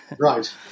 right